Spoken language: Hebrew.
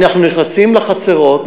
אנחנו נכנסים לחצרות,